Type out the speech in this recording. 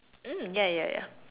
(m) ya ya ya